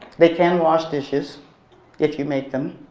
they can wash dishes if you make them.